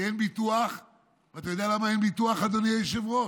אתה יודע למה אין ביטוח, אדוני היושב-ראש?